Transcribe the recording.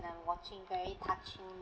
when watching very touching